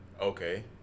Okay